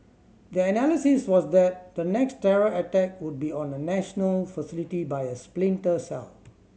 their analysis was that the next terror attack would be on a national facility by a splinter cell